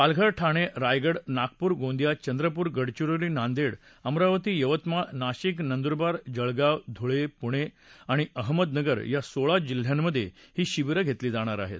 पालघर ठाणे रायगड नागपूर गोंदिया चंद्रपूर गडचिरोली नांदेड अमरावती यवतमाळ नाशिक नंदुरबार जळगांव धुळे पुणे आणि अहमदनगर या सोळा जिल्ह्यांमध्ये ही शिबीरं घेतली जाणार हेत